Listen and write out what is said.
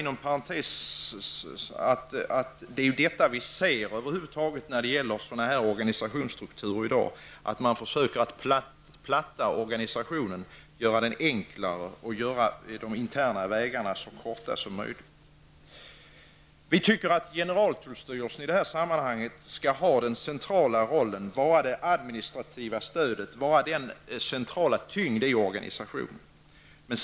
När det gäller sådana organisationsstrukturer försöker man i dag platta till organisationen, göra den enklare och göra de interna vägarna så korta som möjligt. Vi tycker att generaltullstyrelsen skall ha den centrala rollen och vara det administrativa stödet och den centrala tyngden i organisationen.